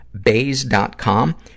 bays.com